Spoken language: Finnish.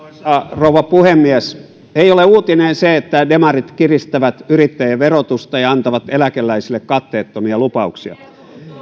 rouva puhemies ei ole uutinen se että demarit kiristävät yrittäjien verotusta ja antavat eläkeläisille katteettomia lupauksia